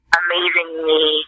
amazingly